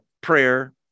prayer